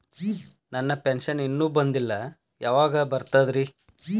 ನನ್ನ ಪೆನ್ಶನ್ ಇನ್ನೂ ಬಂದಿಲ್ಲ ಯಾವಾಗ ಬರ್ತದ್ರಿ?